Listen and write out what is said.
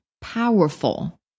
powerful